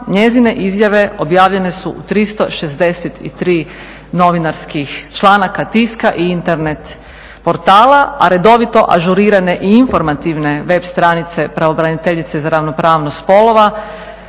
njezine izjave objavljene su u 363 novinarskih članaka, tiska i internet portala, a redovito ažurirane i informativne web stranice pravobraniteljice za ravnopravnost spolova